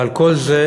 ועל כל זה